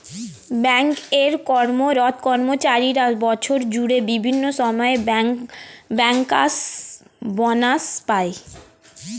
bank এ কর্মরত কর্মচারীরা বছর জুড়ে বিভিন্ন সময়ে ব্যাংকার্স বনাস পায়